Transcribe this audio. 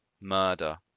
murder